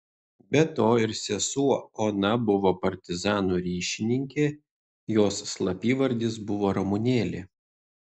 be to ir sesuo ona buvo partizanų ryšininkė jos slapyvardis buvo ramunėlė